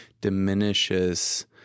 diminishes